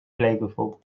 flavorful